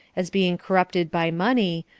as being corrupted by money,